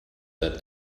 that